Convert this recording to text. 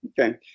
Okay